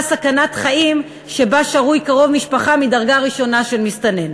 סכנת חיים שבה שרוי קרוב משפחה מדרגה ראשונה של מסתנן.